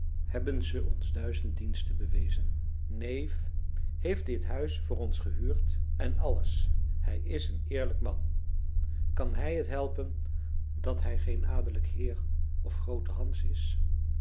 hebben ze ons duizend diensten bewezen neef heeft dit huis voor ons gehuurd en alles hij is een eerlijk man kan hij t helpen dat hij geen adellijk heer of groote hans is